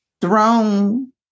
throne